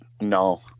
No